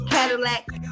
Cadillac